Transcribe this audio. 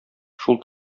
шул